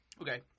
Okay